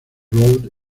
road